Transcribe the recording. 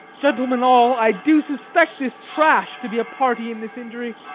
gentlemen all, i do suspect this trash to be a party in this injury